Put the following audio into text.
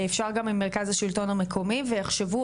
אפשר גם עם מרכז השלטון המקומי ויחשבו,